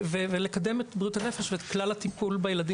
לקדם את בריאות הנפש ואת כלל הטיפול בילדים